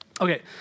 Okay